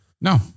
no